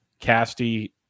Casty